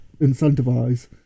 incentivize